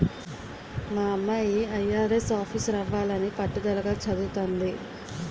మా అమ్మాయి ఐ.ఆర్.ఎస్ ఆఫీసరవ్వాలని పట్టుదలగా చదవతంది